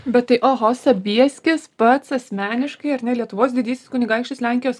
bet tai oho sobieskis pats asmeniškai ar ne lietuvos didysis kunigaikštis lenkijos